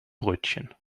brötchen